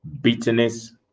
bitterness